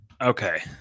Okay